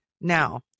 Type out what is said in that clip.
now